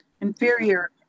inferior